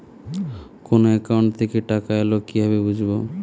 কোন একাউন্ট থেকে টাকা এল কিভাবে বুঝব?